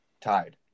tied